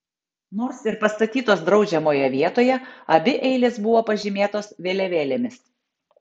nors ir pastatytos draudžiamoje vietoje abi eilės buvo pažymėtos vėliavėlėmis